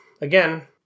again